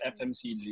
FMCG